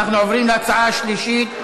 התשע"ג 2013,